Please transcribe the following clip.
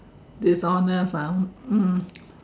dishonest ah mm